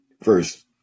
First